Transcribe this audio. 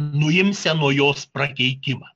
nuimsią nuo jos prakeikimą